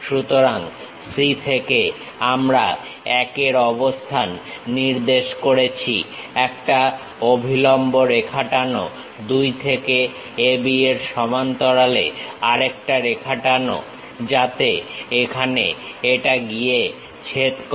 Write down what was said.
সুতরাং C থেকে আমরা 1 এর অবস্থান নির্দেশ করেছি একটা অভিলম্ব রেখা টানো 2 থেকে A B এর সমান্তরালে আরেকটা রেখা টানো যাতে এখানে এটা গিয়ে ছেদ করে